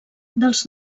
dels